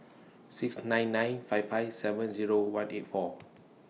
six nine nine five five seven Zero one eight four